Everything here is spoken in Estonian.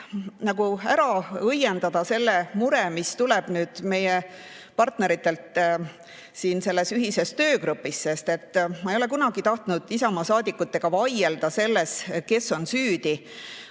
nagu ära õiendada selle mure, mis tuleb meie partneritelt siin selles ühises töögrupis. Ma ei ole kunagi tahtnud Isamaa saadikutega vaielda selle üle, kes on süüdi,